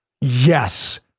Yes